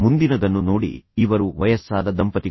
ಮುಂದಿನದನ್ನು ನೋಡಿ ಇವರು ವಯಸ್ಸಾದ ದಂಪತಿಗಳು